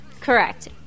Correct